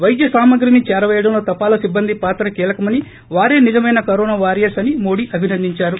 వైద్య సామాగ్రిని చేరపేయడంలో తపాలా సిబ్బంది పాత్ర కీలకమని వారే నిజమైన కరోనా వారియర్స్ అని మోడీ అభినందించారు